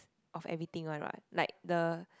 of everything one what like the